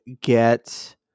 get